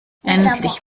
endlich